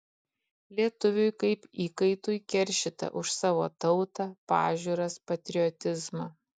lietuviui kaip įkaitui keršyta už savo tautą pažiūras patriotizmą